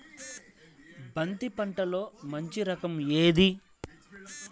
బంతి పంటలో మంచి రకం ఏది?